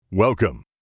Welcome